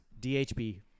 DHB